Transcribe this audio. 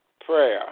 prayer